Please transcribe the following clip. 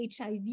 HIV